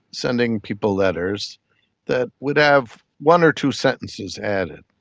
sending people letters that would have one or two sentences added,